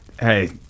Hey